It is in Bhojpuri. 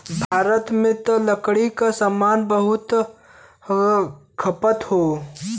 भारत में त लकड़ी के सामान क बहुते खपत हौ